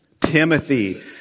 Timothy